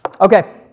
Okay